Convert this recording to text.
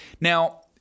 Now